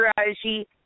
strategy